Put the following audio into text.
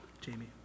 Jamie